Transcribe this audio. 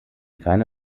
keine